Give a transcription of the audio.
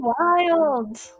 wild